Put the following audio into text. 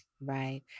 right